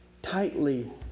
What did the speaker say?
tightly